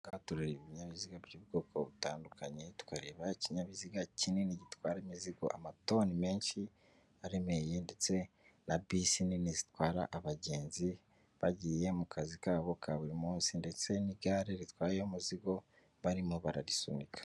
Aha ngaha turareba ibinyabiziga by'ubwoko butandukanye, tukareba ikinyabiziga kinini gitwara imizigo, amatoni menshi aremereye ndetse na bisi nini zitwara abagenzi, bagiye mu kazi kabo ka buri munsi ndetse n'igare ritwaye umuzigo barimo bararisunika.